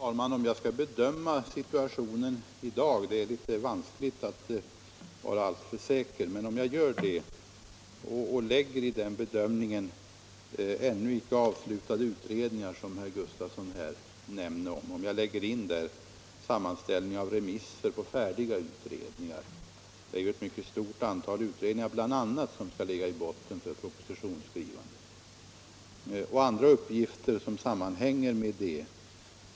Fru talman! Jag skall försöka göra en bedömning — det är litet vanskligt — av när propositionen kan framläggas. Man måste då försöka bedöma när ännu icke avslutade utredningar, som herr Gustafson nämnde, kan bli färdiga och ta hänsyn till den tid som behövs för en sammanställning av remisser på färdiga utredningar — det är ju bl.a. ett mycket stort antal utredningar som skall ligga till grund för propositionen — och andra uppgifter som sammanhänger med det.